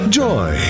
joy